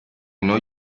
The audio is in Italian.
non